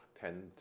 tend